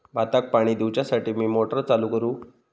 भाताक पाणी दिवच्यासाठी मी मोटर चालू करू?